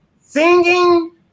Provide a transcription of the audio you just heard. Singing